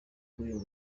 bw’uyu